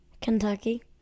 Kentucky